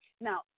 Now